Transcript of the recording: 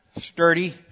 sturdy